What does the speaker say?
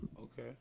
Okay